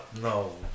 no